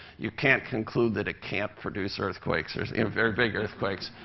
you can't conclude that it can't produce earthquakes or very big earthquakes.